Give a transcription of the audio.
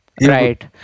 right